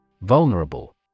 Vulnerable